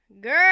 Girl